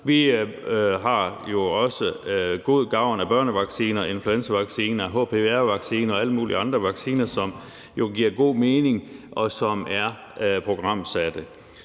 Vi har jo også god gavn af børnevacciner, influenzavacciner, hpv-vacciner og alle mulige andre vacciner, som jo giver god mening, og som er programsatte.